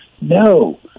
No